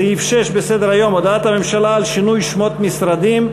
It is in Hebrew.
את סעיף 6 בסדר-היום: הודעת הממשלה על שינוי שמות משרדים,